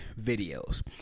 videos